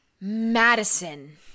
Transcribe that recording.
Madison